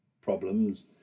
problems